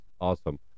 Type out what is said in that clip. awesome